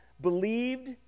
believed